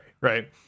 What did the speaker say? right